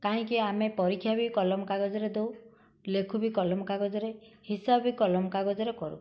କାହିଁକି ଆମେ ପରୀକ୍ଷା ବି କଲମ କାଗଜରେ ଦଉ ଲେଖୁ ବି କଲମ କାଗଜରେ ହିସାବ ବି କଲମ କାଗଜରେ କରୁ